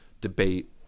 debate